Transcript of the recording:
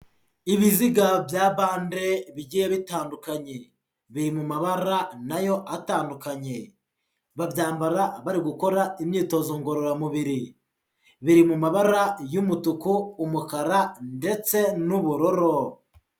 Ibiziga bya bande bigiye bitandukanye, biri mu mabara nayo atandukanye, babyambara bari gukora imyitozo ngororamubiri, biri mu mabara y'umutuku, umukara ndetse n'ubururu.